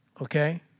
Okay